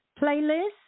playlist